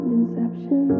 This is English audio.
inception